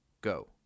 Go